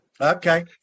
Okay